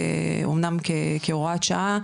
אמנם כהוראת שעה,